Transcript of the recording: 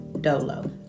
Dolo